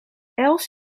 els